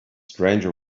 stranger